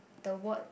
the word